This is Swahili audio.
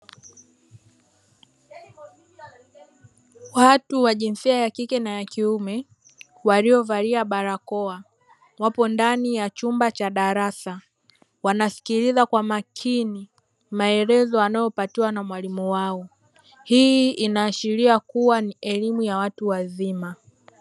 Watu wa jinsia ya kike na ya kiume, waliovalia barakoa wapo ndani ya chumba cha darasa, wanasikiliza kwa makini maelezo wanayopatiwa na mwalimu wao. Hii inaashiria kuwa ni elimu ya watu wazima.